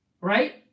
right